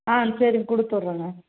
ஆ சரிங்க கொடுத்துட்டுறேங்க